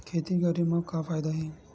खेती करे म का फ़ायदा हे?